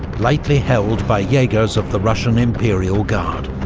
lightly held by jaegers of the russian imperial guard.